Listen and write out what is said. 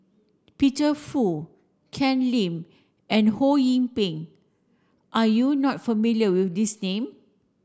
Peter Fu Ken Lim and Ho Yee Ping are you not familiar with these name